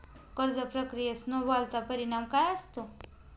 कर्ज प्रक्रियेत स्नो बॉलचा परिणाम काय असतो?